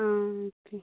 ആ ഓക്കേ